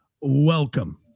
Welcome